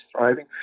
thriving